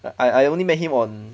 I I only met him on